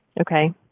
Okay